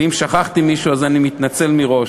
ואם שכחתי מישהו אז אני מתנצל מראש.